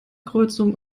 kreuzung